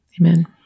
Amen